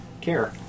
care